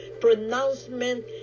pronouncement